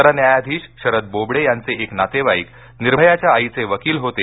सरन्यायाधीश शरद बोबडे यांचे एक नातेवाईक निर्भयाच्या आईचे वकील होते